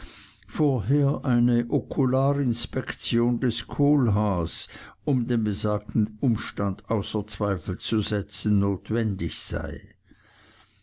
vorher eine okular inspektion des kohlhaas um den besagten umstand außer zweifel zu setzen notwendig sei